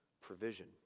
provision